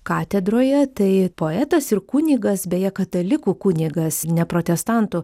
katedroje tai poetas ir kunigas beje katalikų kunigas ne protestantų